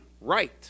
right